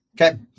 Okay